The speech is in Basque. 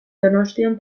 donostian